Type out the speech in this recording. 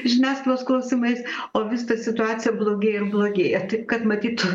žiniasklaidos klausimais o vis ta situacija blogėja ir blogėja taip kad matyt